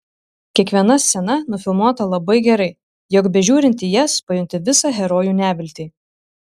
kiekviena scena nufilmuota labai gerai jog bežiūrint į jas pajunti visą herojų neviltį